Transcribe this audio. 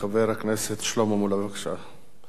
חבר הכנסת שלמה מולה, בבקשה.